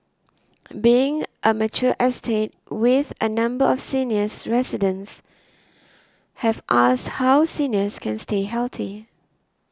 being a mature estate with a number of seniors residents have asked how seniors can stay healthy